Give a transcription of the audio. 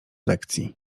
lekcji